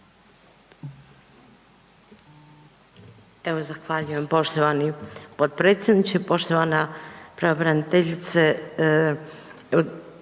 Evo zahvaljujem poštovani potpredsjedniče. Poštovana pravobraniteljice,